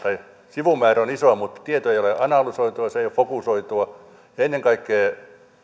sivumäärä on iso mutta tieto ei ole analysoitua se ei ole fokusoitua ja ennen kaikkea